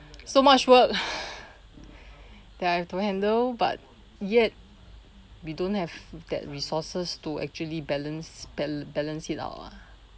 so much work that I have to handle but yet we don't have that resources to actually balance balance it out lah